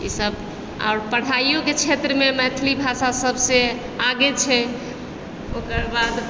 ई सब आओर पढ़ाइयोके क्षेत्रमे मैथिली भाषा सबसँ आगे छै ओकरबाद